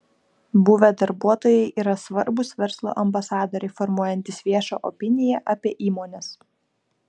buvę darbuotojai yra svarbūs verslo ambasadoriai formuojantys viešą opiniją apie įmones